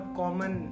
common